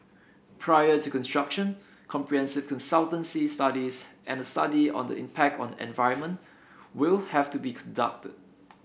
prior to construction comprehensive consultancy studies and a study on the impact on environment will have to be conducted